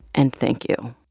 and thank you